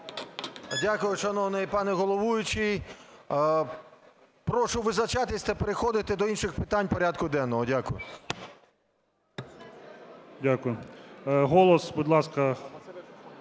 Дякую, шановний пане головуючий. Прошу визначатись та переходити до інших питань порядку денного. Дякую. ГОЛОВУЮЧИЙ. Дякую. "Голос", будь ласка.